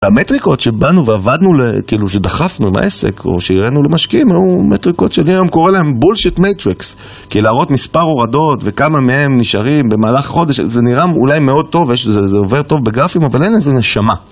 המטריקות שבאנו ועבדנו, כאילו שדחפנו מהעסק או שהראינו למשקיעים היו מטריקות שאני היום קורא להם בולשיט מטריקס כי להראות מספר הורדות וכמה מהן נשארים במהלך חודש זה נראה אולי מאוד טוב, זה עובר טוב בגרפים אבל אין לזה נשמה